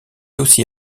aussi